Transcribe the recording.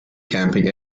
camping